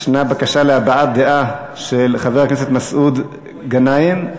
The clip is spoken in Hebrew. יש בקשה להבעת דעה של חבר הכנסת מסעוד גנאים.